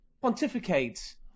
pontificate